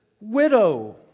widow